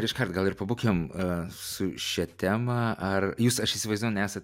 ir iškart gal ir pabūkim su šia tema ar jūs aš įsivaizduoju nesat